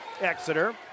Exeter